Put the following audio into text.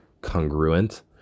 congruent